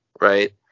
Right